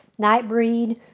Nightbreed